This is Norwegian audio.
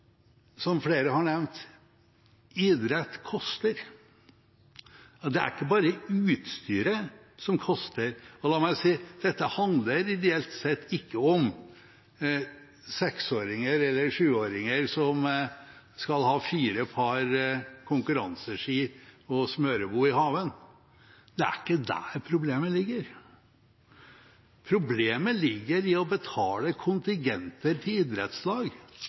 som flere har nevnt: Idrett koster. Det er ikke bare utstyret som koster. Og la meg si: Dette handler ideelt sett ikke om seksåringer eller sjuåringer som skal ha fire par konkurranseski og smørebod i hagen. Det er ikke der problemet ligger. Problemet ligger i å betale kontingenter til idrettslag,